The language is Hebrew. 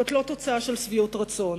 זאת לא תוצאה של שביעות רצון,